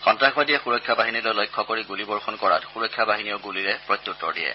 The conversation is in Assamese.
সন্ত্ৰাসবাদীয়ে সুৰক্ষা বাহিনীলৈ লক্ষ্য কৰি গুলীবৰ্ষণ কৰাত সূৰক্ষা বাহিনীয়েও গুলীৰে প্ৰত্যুত্তৰ দিয়ে